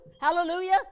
Hallelujah